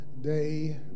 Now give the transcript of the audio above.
day